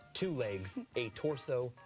two legs, a torso,